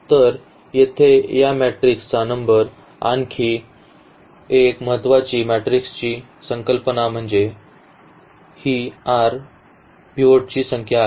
तर येथे मॅट्रिक्सचा नंबर आणखी एक महत्वाची मॅट्रिक्सची संकल्पना म्हणजे ही r जी पिव्होटची संख्या आहे